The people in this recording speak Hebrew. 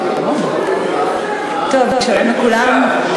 שלום לכולם.